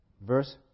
Verse